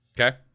Okay